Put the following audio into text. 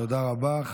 תודה רבה.